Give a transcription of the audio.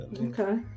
okay